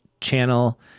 channel